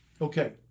okay